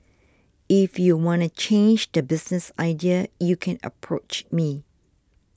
if you wanna change the business idea U can approach me